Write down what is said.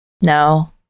no